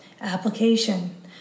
Application